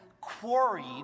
quarried